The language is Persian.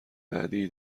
بعدیای